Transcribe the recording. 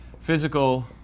physical